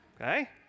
Okay